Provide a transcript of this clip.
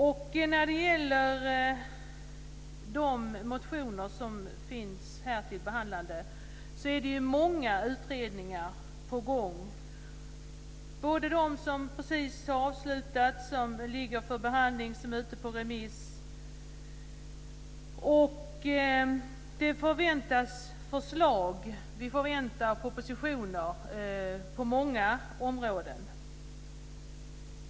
Det är många utredningar på gång om de frågor som tas upp i motionerna. Det finns utredningar som avslutats och är ute på remiss. Vi väntar propositioner på många områden.